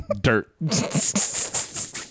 Dirt